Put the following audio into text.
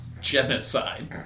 genocide